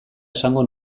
esango